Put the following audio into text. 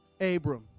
Abram